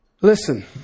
Listen